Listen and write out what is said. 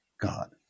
God